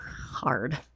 hard